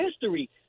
history